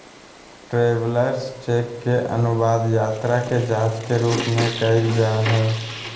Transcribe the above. travellers cheque के अनुवाद यात्रा के जांच के रूप में कइल जा हइ